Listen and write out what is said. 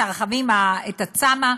את הצמ"ה,